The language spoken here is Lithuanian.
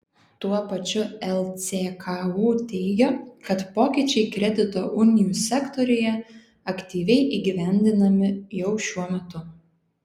tuo pačiu lcku teigia kad pokyčiai kredito unijų sektoriuje aktyviai įgyvendinami jau šiuo metu